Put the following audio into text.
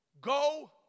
go